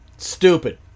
Stupid